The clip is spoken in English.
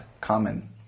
common